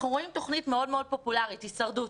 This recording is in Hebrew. בטלוויזיה תכנית מאוד מאוד פופולרית, "הישרדות".